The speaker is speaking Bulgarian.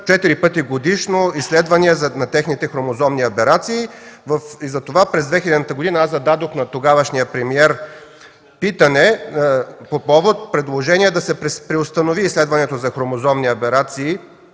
пъти годишно изследвания на техните хромозомни аберации. Затова през 2000 г. зададох на тогавашния премиер питане по повод предложение да се преустанови изследването за хромозомни аберации